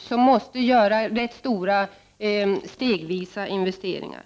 som måste göra rätt stora stegvisa investeringar.